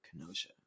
Kenosha